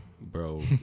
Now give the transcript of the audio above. bro